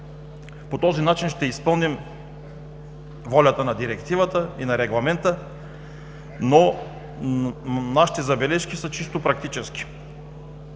По този начин ще изпълним волята на Директивата и на Регламента, но нашите забележки са чисто практически.